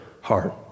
heart